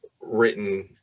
written